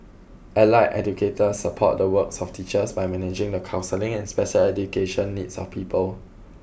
allied educators support the works of teachers by managing the counselling and special education needs of pupils